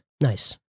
nice